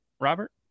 Robert